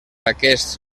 aquests